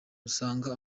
usanga